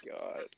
god